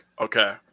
Okay